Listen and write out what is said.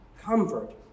comfort